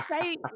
say